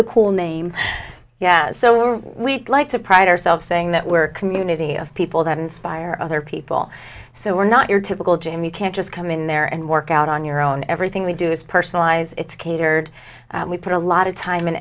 the cool name yeah so are we like to pride ourselves saying that we're community of people that inspire other people so we're not your typical gym you can't just come in there and work out on your own everything we do is personalize it's catered we put a lot of time and